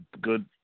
good